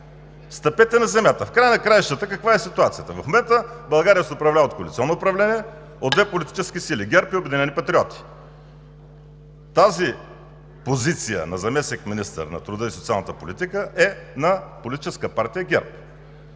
Стъпете на земята! В края на краищата каква е ситуацията? В момента България се управлява от коалиционно управление, от две политически сили – ГЕРБ и „Обединени патриоти“. Тази позиция на министър на труда и социалната политика е на Политическа партия ГЕРБ.